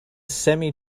semi